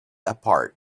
apart